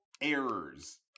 errors